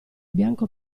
bianco